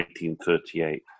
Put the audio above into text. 1938